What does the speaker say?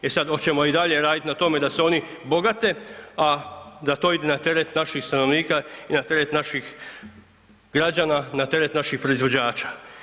E sad hoćemo i dalje radit na tome da se oni bogate, a da to ide na teret naših stanovnika i na teret naših građana, na teret naših proizvođača.